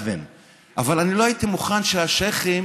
אבל אני לא הייתי מוכן שהשיח'ים